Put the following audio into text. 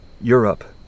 Europe